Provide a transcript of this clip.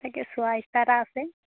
তাকে চোৱা ইচ্ছা এটা আছে